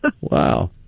Wow